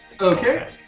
Okay